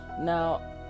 now